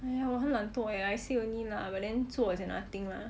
哎呀我很懒惰 eh I say only lah but then 做 is another thing lah